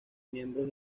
miembros